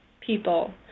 people